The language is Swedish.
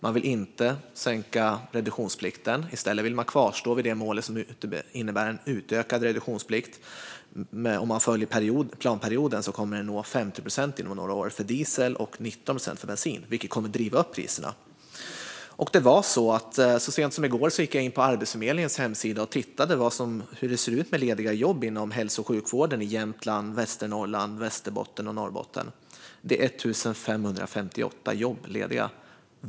Man vill inte sänka reduktionsplikten utan kvarstår vid det mål som innebär en utökad reduktionsplikt. Om man följer planperioden kommer reduktionsplikten inom några år att nå 50 procent för diesel och 19 procent för bensin, vilket kommer att driva upp priserna. Så sent som i går gick jag in på Arbetsförmedlingens hemsida och tittade på hur det ser ut med lediga jobb inom hälso och sjukvården i Jämtland, Västernorrland, Västerbotten och Norrbotten. Det finns 1 558 lediga jobb.